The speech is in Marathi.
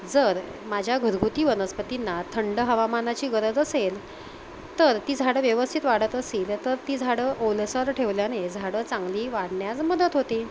जर माझ्या घरगुती वनस्पतींना थंड हवामानाची गरज असेल तर ती झाडं व्यवस्थित वाढत असेल तर ती झाडं ओलंसर ठेवल्याने झाडं चांगली वाढण्यास मदत होते